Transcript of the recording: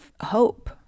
hope